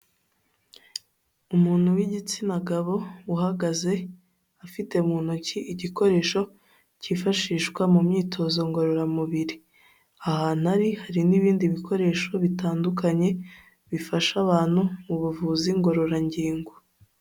Umuntu w'igitsina gabo uhagaze, afite mu ntoki igikoresho cyifashishwa mu myitozo ngororamubiri. Ahantu ari hari n'ibindi bikoresho bitandukanye, bifasha abantu mu buvuzi ngororangingo.